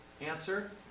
Answer